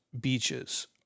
beaches